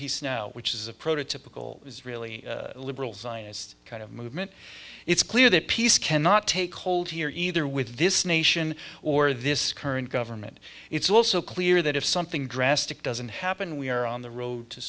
peace now which is a prototypical israeli liberal zionist kind of movement it's clear that peace cannot take hold here either with this nation or this current government it's also clear that if something drastic doesn't happen we are on the road to